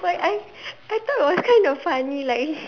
but I I thought it was kind of funny like